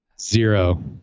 Zero